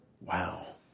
wow